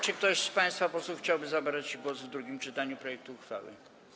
Czy ktoś z państwa posłów chciałby zabrać głos w drugim czytaniu projektu uchwały?